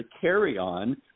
carry-on